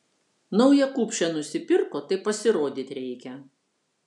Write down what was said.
naują kupšę nusipirko tai pasirodyt reikia